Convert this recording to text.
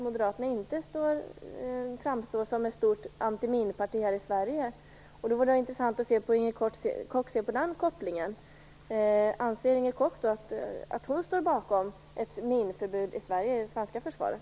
Moderaterna framstår inte som ett stort antiminparti här i Sverige. Det vore intressant att höra hur Inger Koch ser på den kopplingen. Anser Inger Koch att hon står bakom ett minförbud inom det svenska försvaret?